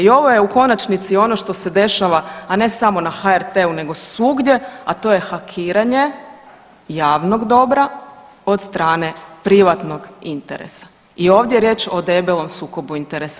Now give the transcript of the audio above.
I ovo je u konačnici ono što se dešava, a ne samo na HRT-u nego svugdje, a to je hakiranje javnog dobra od strane privatnog interesa i ovdje je riječ o debelom sukobu interesa.